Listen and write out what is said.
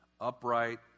upright